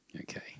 Okay